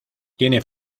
tiene